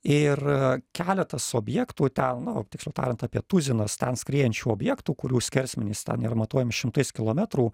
ir keletas objektų ten nu tiksliau tariant apie tuzinas ten skriejančių objektų kurių skersmenys ten yra matuojami šimtais kilometrų